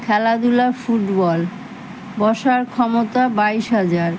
খেলাধূলা ফুটবল বসার ক্ষমতা বাইশ হাজার